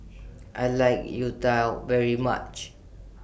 I like Youtiao very much